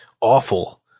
awful –